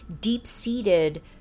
deep-seated